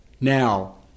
Now